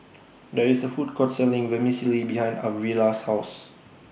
There IS A Food Court Selling Vermicelli behind Arvilla's House